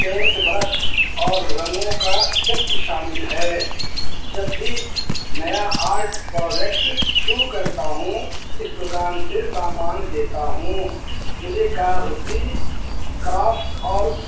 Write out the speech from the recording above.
pant brush اور رنگوں کا سیٹ شامل ہے جب بھی نیا آرٹ پروجیکٹ شروع کرتا ہوں اس دکان سے سامان لیتا ہوں مجھے کاغذی کرافٹ اور